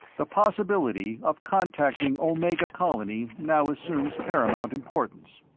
the possibility of contacting omega colony now assumes paramount importance.